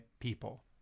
people